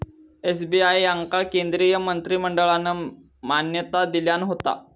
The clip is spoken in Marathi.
एस.बी.आय याका केंद्रीय मंत्रिमंडळान मान्यता दिल्यान होता